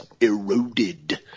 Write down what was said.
eroded